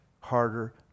harder